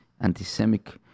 anti-Semitic